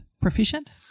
proficient